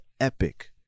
epic